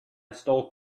stole